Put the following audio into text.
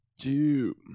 Two